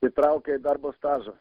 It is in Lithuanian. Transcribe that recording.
įtraukia į darbo stažą